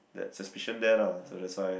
that suspicion there lah so that's why